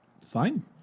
Fine